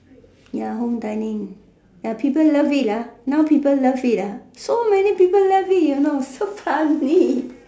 ya home dining ya people love it ah now people love it ah so many people love it you know so funny